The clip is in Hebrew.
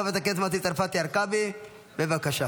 חברת הכנסת מטי צרפתי הרכבי, בבקשה.